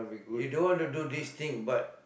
you don't want to do this thing but